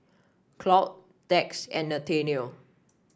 Claud Dax and Nathanial